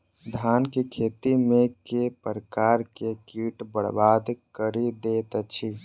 धान केँ खेती मे केँ प्रकार केँ कीट बरबाद कड़ी दैत अछि?